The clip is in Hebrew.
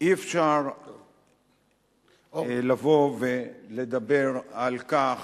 אי-אפשר לבוא ולדבר על כך